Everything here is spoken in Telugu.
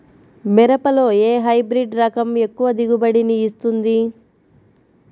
మిరపలో ఏ హైబ్రిడ్ రకం ఎక్కువ దిగుబడిని ఇస్తుంది?